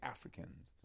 Africans